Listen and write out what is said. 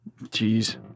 Jeez